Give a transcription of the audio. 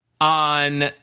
on